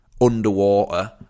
underwater